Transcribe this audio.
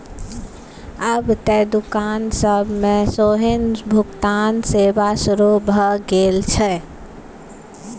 आब त दोकान सब मे सेहो भुगतान सेवा शुरू भ गेल छै